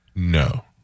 No